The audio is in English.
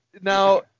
Now